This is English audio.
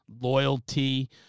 loyalty